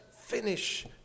finish